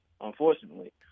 unfortunately